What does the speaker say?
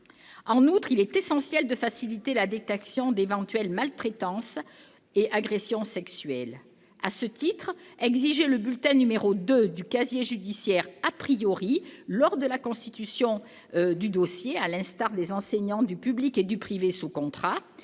En outre, il est essentiel de faciliter la détection d'éventuelles maltraitances et agressions sexuelles. À ce titre, exiger le bulletin n° 2 du casier judiciaire, lors de la constitution du dossier, à l'instar de ce qui se fait pour les enseignants du public et du privé sous contrat,